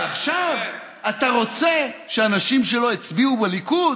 ועכשיו אתה רוצה שאנשים שלא הצביעו ליכוד,